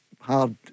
hard